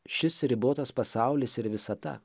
šis ribotas pasaulis ir visata